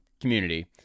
community